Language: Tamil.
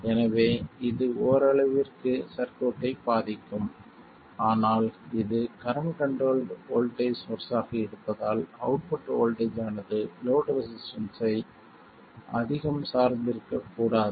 எனவே இது ஓரளவிற்கு சர்க்யூட்டை பாதிக்கும் ஆனால் இது கரண்ட் கண்ட்ரோல்ட் வோல்ட்டேஜ் சோர்ஸ் ஆக இருப்பதால் அவுட்புட் வோல்ட்டேஜ் ஆனது லோட் ரெசிஸ்டன்ஸ்ஸை அதிகம் சார்ந்திருக்கக்கூடாது